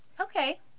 Okay